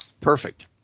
Perfect